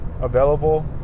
Available